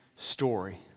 story